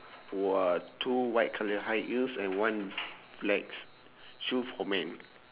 !wah! two white colour high heels and one black s~ shoe for man